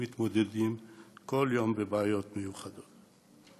מתמודדים כל יום עם בעיות מיוחדות.